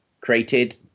Created